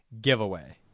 Giveaway